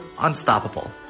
unstoppable